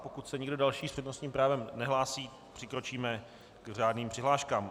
Pokud se nikdo další s přednostním právem nehlásí, přikročíme k řádným přihláškám.